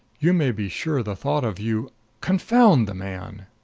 you may be sure the thought of you confound the man!